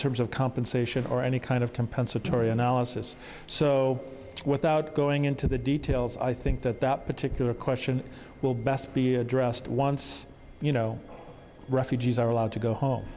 terms of compensation or any kind of compensatory analysis so without going into the details i think that that particular question will best be addressed once you know refugees are allowed to go home